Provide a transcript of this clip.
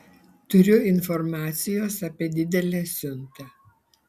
turiu informacijos apie didelę siuntą